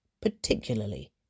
particularly